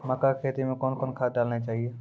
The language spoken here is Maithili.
मक्का के खेती मे कौन कौन खाद डालने चाहिए?